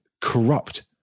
corrupt